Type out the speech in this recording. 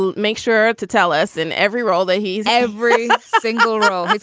make sure to tell us. and every role that he's. every single role.